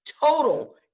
total